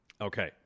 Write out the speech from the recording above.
Okay